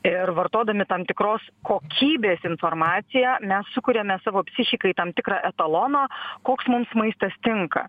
ir vartodami tam tikros kokybės informaciją mes sukuriame savo psichikai tam tikrą etaloną koks mums maistas tinka